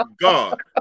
God